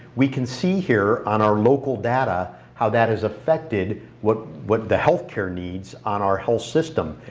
we can see here on our local data how that has affected what what the healthcare needs on our health system.